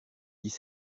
dix